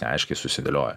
aiškiai susidėlioję